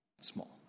small